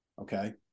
Okay